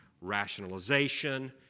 rationalization